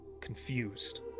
confused